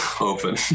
open